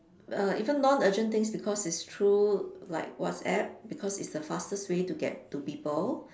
well even non-urgent things because it's through like WhatsApp because it's the fastest way to get to people